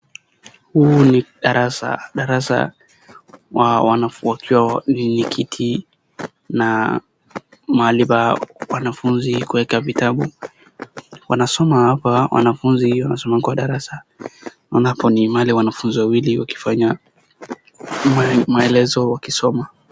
Huu ni darasa, darasa wa wanafunzi, wakiwa ni kiti na mahali pa wanafunzi kuweka vitabu. Wanasoma hapa wanafunzi wanasoma kwa darasa, maanapo ni mahali wanafunzi wawili wakifanya maelezo wakisoma.